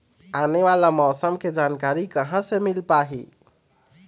आने वाला मौसम के जानकारी कहां से मिल पाही?